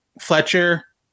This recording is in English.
Fletcher